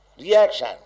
Reaction